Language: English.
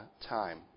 time